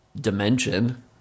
dimension